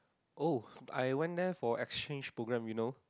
oh I went there for exchange programme you know